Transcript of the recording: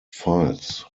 files